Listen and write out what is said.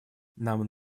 нам